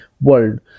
world